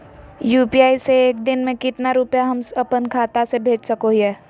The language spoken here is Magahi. यू.पी.आई से एक दिन में कितना रुपैया हम अपन खाता से भेज सको हियय?